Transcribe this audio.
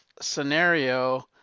scenario